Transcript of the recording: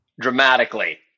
Dramatically